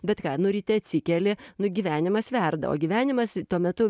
bet ką nu ryte atsikeli nu gyvenimas verda o gyvenimas tuo metu